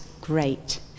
great